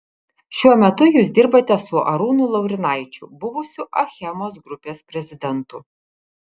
šiuo metu jūs dirbate su arūnu laurinaičiu buvusiu achemos grupės prezidentu